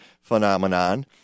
phenomenon